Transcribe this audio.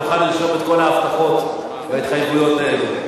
ותוכל לרשום את כל ההבטחות וההתחייבויות האלו.